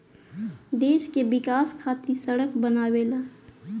देश के विकाश खातिर सड़क बनावेला